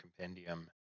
compendium